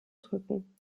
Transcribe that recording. drücken